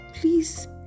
Please